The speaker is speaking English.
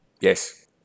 Yes